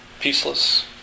peaceless